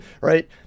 Right